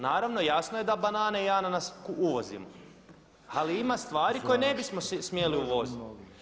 Naravno jasno je da banane i ananas uvozimo, ali ima stvari koje ne bismo smjeli uvoziti.